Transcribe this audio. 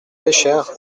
léchère